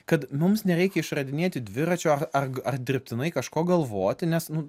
kad mums nereikia išradinėti dviračio ar ar dirbtinai kažko galvoti nes nu